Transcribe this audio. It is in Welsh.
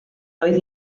oedd